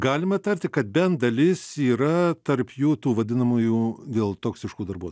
galima tarti kad bent dalis yra tarp jų tų vadinamųjų dėl toksiškų darbuotojų